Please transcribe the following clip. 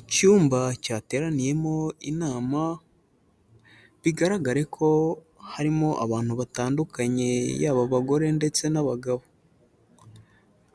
Icyumba cyateraniyemo inama bigaragare ko harimo abantu batandukanye; yaba abagore ndetse n'abagabo.